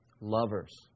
lovers